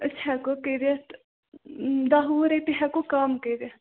أسۍ ہیٚکو کٔرِتھ دَہ وُہ رۄپیہِ ہیٚکو کَم کٔرِتھ